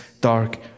dark